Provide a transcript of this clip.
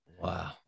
wow